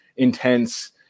Intense